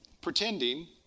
pretending